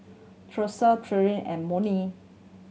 Tressa Thea and Monnie